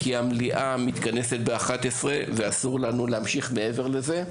כי המליאה מתכנסת ב-11:00 ואסור לנו להמשיך מעבר לזה.